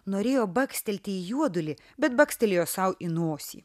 norėjo bakstelti į juodulį bet bakstelėjo sau į nosį